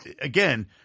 again